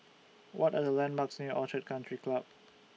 What Are The landmarks near Orchid Country Club